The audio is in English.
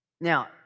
Now